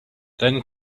then